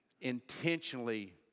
intentionally